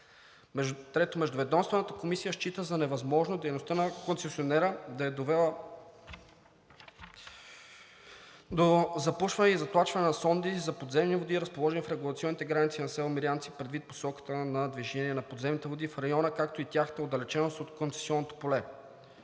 Трето, Междуведомствената комисия счита за невъзможно дейността на концесионера да е довела до запушване и затлачване на сонди за подземни води, разположени в регулационните граници на село Мирянци, предвид посоката на движение на подземните води в района, както и тяхната отдалеченост от концесионното поле.